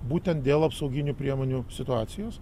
būtent dėl apsauginių priemonių situacijos